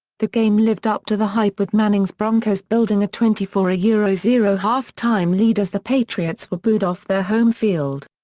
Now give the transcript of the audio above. the game lived up to the hype with manning's broncos building a twenty four ah yeah zero zero halftime lead as the patriots were booed off their home field.